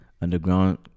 underground